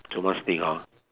so much thing hor